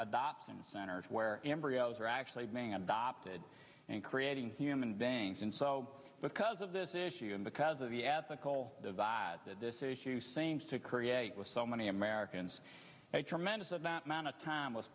adoption centers where embryos are actually being adopted and creating human beings and so because of this issue and because of the ethical divide that this issue same's to create with so many americans a tremendous amount of time was